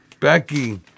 Becky